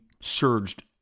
surged